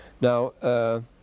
Now